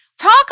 Talk